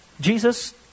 Jesus